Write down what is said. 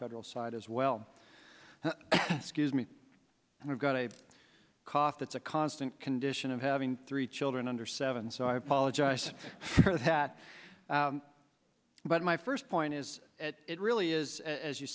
federal side as well scuse me i've got a cough that's a constant condition of having three children under seven so i apologize for that but my first point is it really is as you